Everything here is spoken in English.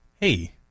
hey